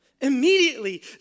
Immediately